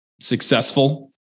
successful